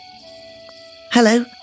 hello